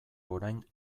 orain